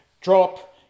drop